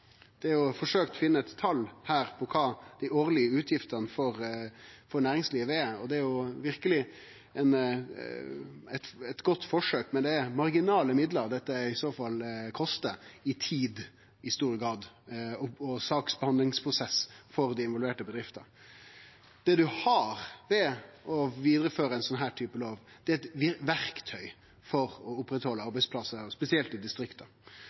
Det er forsøkt å finne eit tal her på kva dei årlege utgiftene for næringslivet er – og det er verkeleg eit godt forsøk – men det er marginale midlar dette i så fall kostar, i tid i stor grad og i saksbehandlingsprosess, for dei involverte bedriftene. Det ein har ved å vidareføre ei sånn type lov, er eit verktøy for å oppretthalde arbeidsplassar, spesielt i distrikta.